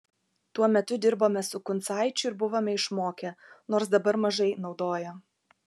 tuo metu dirbome su kuncaičiu ir buvome išmokę nors dabar mažai naudoja